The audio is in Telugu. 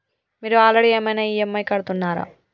మీరు ఆల్రెడీ ఏమైనా ఈ.ఎమ్.ఐ కడుతున్నారా?